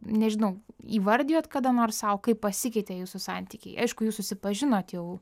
nežinau įvardijot kada nors sau kaip pasikeitė jūsų santykiai aišku jūs susipažinot jau